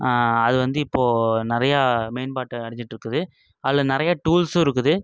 அது வந்து இப்போது நிறையா மேம்பாட்ட அடைஞ்சிட்ருக்குது அதில் நிறையா டூல்ஸும் இருக்குது